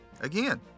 Again